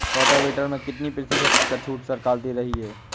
Rotavator में कितनी प्रतिशत का छूट सरकार दे रही है?